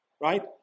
right